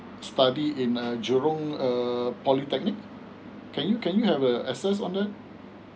study in a jurong err polytechnic can you can you have a access to that